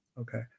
Okay